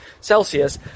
Celsius